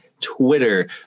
twitter